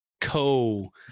co